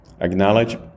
acknowledge